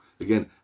again